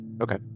Okay